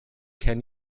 can